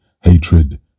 Hatred